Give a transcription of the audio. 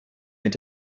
mit